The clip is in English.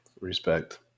respect